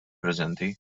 preżenti